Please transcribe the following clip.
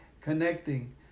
connecting